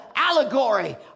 Allegory